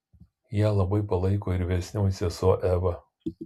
ją labai palaiko ir vyresnioji sesuo eva